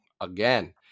Again